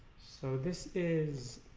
so this is